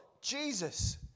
Jesus